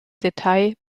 detail